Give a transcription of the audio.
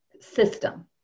system